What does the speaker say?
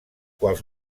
quals